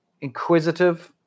inquisitive